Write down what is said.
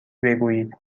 بگویید